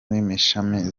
n’imashini